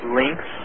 links